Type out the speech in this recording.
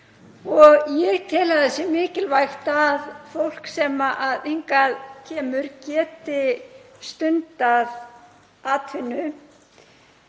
Ég tel að það sé mikilvægt að fólk sem hingað kemur geti stundað atvinnu.